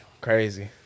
Crazy